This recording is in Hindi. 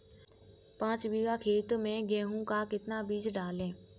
पाँच बीघा खेत में गेहूँ का कितना बीज डालें?